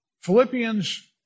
Philippians